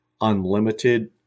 unlimited